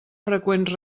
freqüents